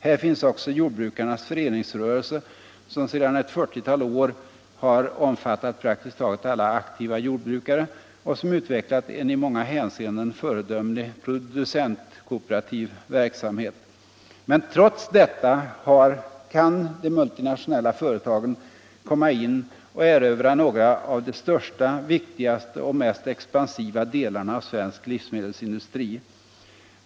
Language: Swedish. Här finns också jordbrukarnas föreningsrörelse, som sedan ett 40-tal år har omfattat praktiskt taget alla aktiva jordbrukare och som utvecklat en i många hänseenden föredömlig producentkooperativ verksamhet. Men trots detta kan de multinationella företagen komma in och erövra några av de största, viktigaste och mest expansiva delarna av svensk livsmedelsindustri.